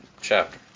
chapter